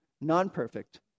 non-perfect